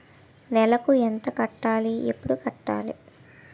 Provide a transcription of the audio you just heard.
నెలకు ఎంత కట్టాలి? ఎప్పుడు కట్టాలి?